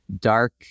dark